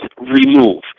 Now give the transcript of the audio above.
remove